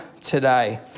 today